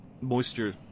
moisture